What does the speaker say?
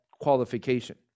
qualification